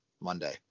Monday